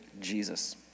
Jesus